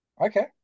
Okay